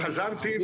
חזרתי,